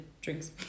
drinks